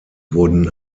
wurden